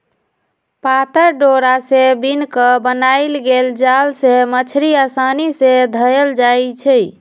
पातर डोरा से बिन क बनाएल गेल जाल से मछड़ी असानी से धएल जाइ छै